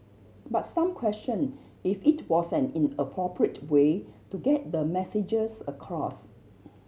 but some question if it was an in appropriate way to get the messages across